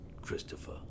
Christopher